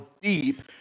deep